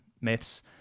myths